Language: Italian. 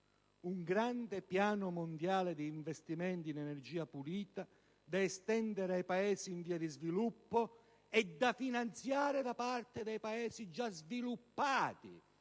un grande piano mondiale di investimenti in energia pulita da estendere ai Paesi in via di sviluppo e che deve essere finanziato dai Paesi già sviluppati.